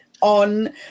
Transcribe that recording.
on